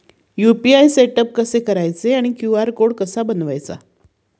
UPI setup कसे करायचे आणि क्यू.आर कोड कसा बनवायचा?